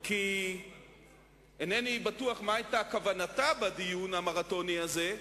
כי אינני בטוח מה היתה כוונתה בדיון המרתוני הזה,